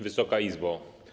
Wysoka Izbo!